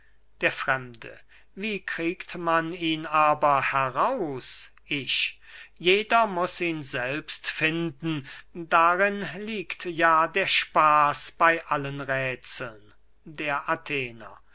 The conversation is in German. der fremde wie kriegt man ihn aber heraus ich jeder muß ihn selbst finden darin liegt ja der spaß bey allen räthseln der athener